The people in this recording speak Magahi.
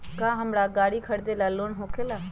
का हमरा गारी खरीदेला लोन होकेला?